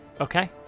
Okay